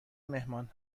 مهمان